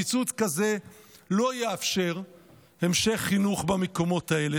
קיצוץ כזה לא יאפשר המשך חינוך במקומות האלה.